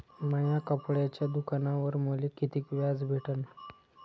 माया कपड्याच्या दुकानावर मले कितीक व्याज भेटन?